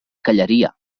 callaria